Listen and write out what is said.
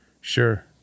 Sure